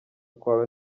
kwawe